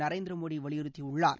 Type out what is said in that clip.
நரேந்திர மோடி வலியுறுத்தியுள்ளார்